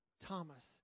Thomas